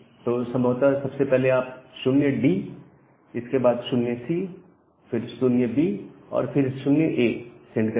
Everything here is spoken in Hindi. तो संभवत सबसे पहले आप 0D इसके बाद 0C फिर 0B और फिर 0A सेंड करेंगे